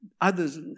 others